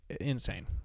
insane